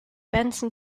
benson